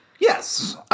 Yes